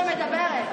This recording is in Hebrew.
מדברת?